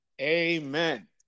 Amen